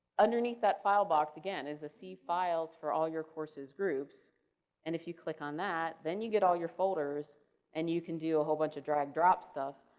underneath that file box, again there is a see file for all your courses groups and if you click on that, then you get all your folders and you can do a whole bunch of drag drop stuff.